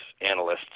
analysts